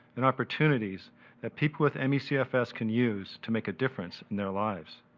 and opportunities that people with me cfs can use to make a difference in their lives.